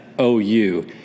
OU